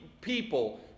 people